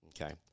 okay